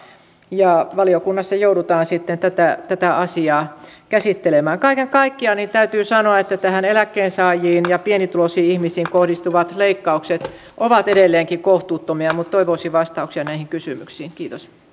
ja valiokunnassa joudutaan sitten tätä tätä asiaa käsittelemään kaiken kaikkiaan täytyy sanoa että eläkkeensaajiin ja pienituloisiin ihmisiin kohdistuvat leikkaukset ovat edelleenkin kohtuuttomia mutta toivoisin vastauksia näihin kysymyksiin kiitos